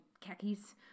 khakis